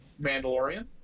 Mandalorian